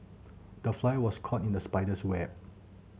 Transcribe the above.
the fly was caught in the spider's web